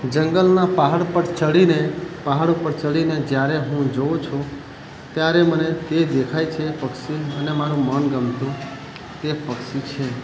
જંગલના પહાડ પર ચઢીને પહાડ ઉપર ચઢીને જ્યારે હું હું જોઉં છું ત્યારે મને તે દેખાય છે પક્ષી મને મારું મનગમતું તે પક્ષી છે